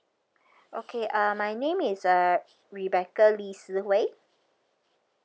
okay uh my name is uh rebecca lee si hui